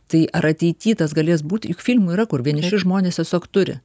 tai ar ateity tas galės būti juk filmų yra kur vieniši žmonės tiesiog turi